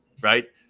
right